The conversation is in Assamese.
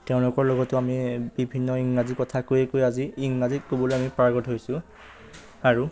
তেওঁলোকৰ লগতো আমি বিভিন্ন ইংৰাজী কথা কৈ কৈয়ে আজি ইংৰাজীত ক'বলৈ আমি পাৰ্গত হৈছোঁ আৰু